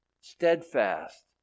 steadfast